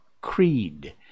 Creed